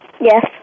Yes